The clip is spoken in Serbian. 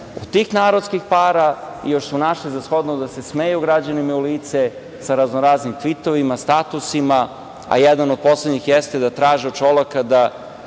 tih narodskih para, još su našli za shodno da se smeju građanima u lice sa raznoraznim tvitovima, statusima, a jedan od poslednjih jeste da traže od Šolaka da